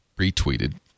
retweeted